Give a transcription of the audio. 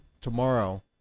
tomorrow